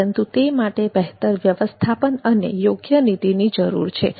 પરંતુ તે માટે બહેતર વ્યવસ્થાપન અને યોગ્ય નીતિની જરૂર છે